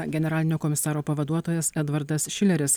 generalinio komisaro pavaduotojas edvardas šileris